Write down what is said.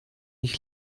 ich